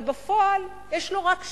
אבל בפועל יש לו רק 7%,